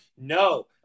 No